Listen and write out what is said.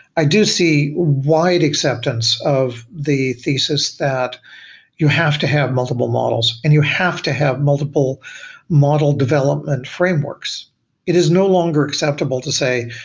i do see wide acceptance of the thesis that you have to have multiple models and you have to have multiple model development frameworks it is no longer acceptable to say,